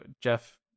Jeff